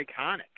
iconic